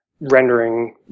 rendering